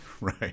Right